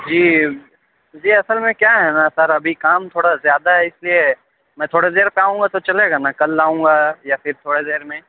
جی جی اصل میں کیا ہے نا سر ابھی کام تھوڑا زیادہ ہے اِس لیے میں تھوڑا دیر سے آؤں گا تو چلے گا نا کل آؤں گا یا پھر تھوڑے دیر میں